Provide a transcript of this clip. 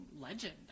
legend